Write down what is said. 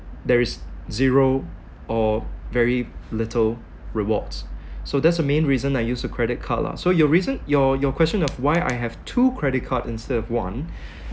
there is zero or very little rewards so that's the main reason I use a credit card lah so your reason your your question of why I have two credit card instead of one